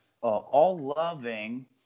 all-loving